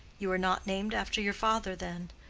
you are not named after your father, then?